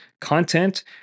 content